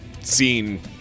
seen